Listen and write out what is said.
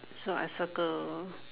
so I circle